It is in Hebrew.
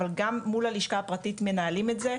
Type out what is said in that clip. אבל גם מול הלשכה הפרטית מנהלים את זה,